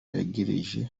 yegereje